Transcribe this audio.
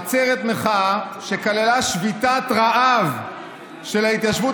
עצרת מחאה שכללה שביתת רעב של ההתיישבות